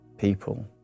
People